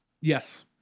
Yes